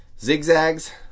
Zigzags